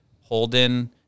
Holden